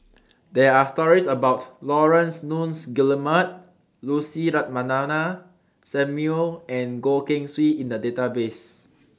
There Are stories about Laurence Nunns Guillemard Lucy Ratnammah Samuel and Goh Keng Swee in The Database